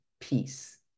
peace